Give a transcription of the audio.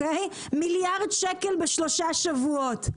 מיליארד שקל בשלושה שבועות.